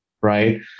right